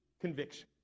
conviction